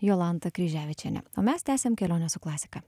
jolanta kryževičienė o mes tęsiam kelionę su klasika